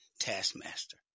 taskmaster